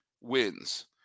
wins